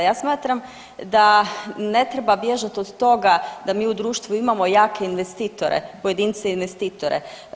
Ja smatram da ne treba bježati od toga da mi u društvu imamo jake investitore, pojedince investitore.